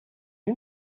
you